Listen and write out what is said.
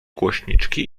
głośniczki